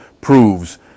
proves